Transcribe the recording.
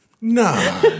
no